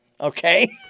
okay